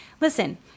Listen